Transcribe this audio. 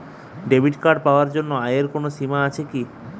Debit card পাওয়ার জন্য আয়ের কোনো সীমা আছে কি?